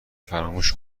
فراموش